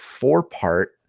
four-part